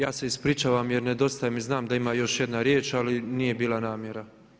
Ja se ispričavam jer nedostaje mi, znam da ima još jedna riječ ali nije bila namjera.